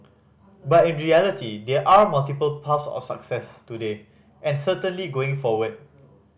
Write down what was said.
but in reality there are multiple path of success today and certainly going forward